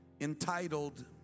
entitled